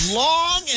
long